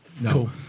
No